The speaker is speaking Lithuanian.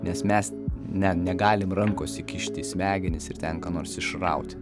nes mes ne negalim rankos įkišti į smegenis ir ten ką nors išrauti